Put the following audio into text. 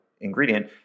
ingredient